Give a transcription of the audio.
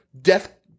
death